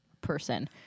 person